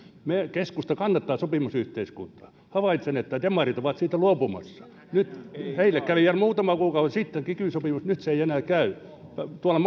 keskusta kannattaa sopimusyhteiskuntaa havaitsen että demarit ovat siitä luopumassa heille kävi vielä muutama kuukausi sitten kiky sopimus nyt se ei enää käy tuolla